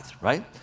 right